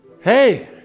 Hey